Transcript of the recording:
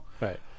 right